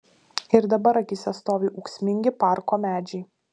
ir dabar akyse stovi ūksmingi parko medžiai